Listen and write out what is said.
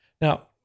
now